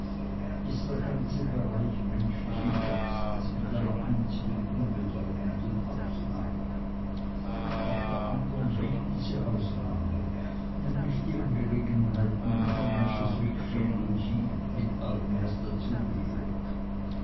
ist das ganze bereich des menschlichen geistes mit einer einzigen unbedeutenden ausnahme auf der andern liegt diese ausnahme nämlich die angelegenheiten von messrs wickfield heep mit allem was dazu gehört